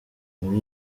muri